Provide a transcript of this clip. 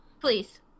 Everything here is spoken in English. please